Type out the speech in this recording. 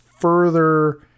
further